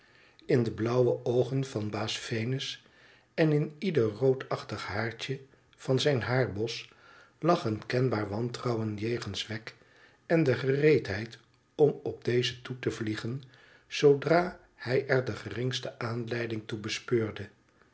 in de flauwe oogen van baas venus en in ieder roodachtig haartje van zijn haarbos lag een kenbaar wantrouwen jegens wegg en de gereedheid om op dezen toe te vliegen zoodra hij er de germgste aanleiding toe bespeurde